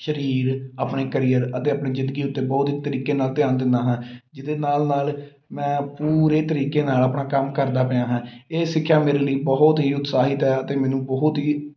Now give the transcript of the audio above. ਸਰੀਰ ਆਪਣੇ ਕਰੀਅਰ ਅਤੇ ਆਪਣੀ ਜ਼ਿੰਦਗੀ ਉੱਤੇ ਬਹੁਤ ਹੀ ਤਰੀਕੇ ਨਾਲ਼ ਧਿਆਨ ਦਿੰਦਾ ਹਾਂ ਜਿਹਦੇ ਨਾਲ਼ ਨਾਲ਼ ਮੈਂ ਪੂਰੇ ਤਰੀਕੇ ਨਾਲ਼ ਆਪਣਾ ਕੰਮ ਕਰਦਾ ਪਿਆ ਹਾਂ ਇਹ ਸਿੱਖਿਆ ਮੇਰੇ ਲਈ ਬਹੁਤ ਹੀ ਉਤਸ਼ਾਹਿਤ ਹੈ ਅਤੇ ਮੈਨੂੰ ਬਹੁਤ ਹੀ